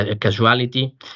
casualty